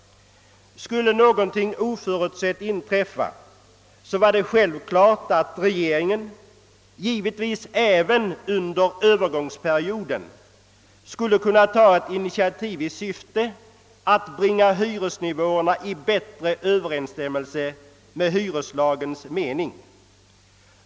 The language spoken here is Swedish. Skulle någonting oförutsett inträffa var det självklart att regeringen — givetvis även under övergångsperioden — skulle kunna ta ett initiativ i syfte att bringa hyresnivåerna i bättre överensstämmelse med hyreslagens mening.